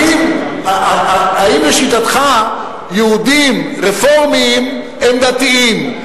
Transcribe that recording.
האם לשיטתך יהודים רפורמים הם דתיים.